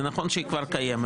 זה נכון שהיא כבר קיימת,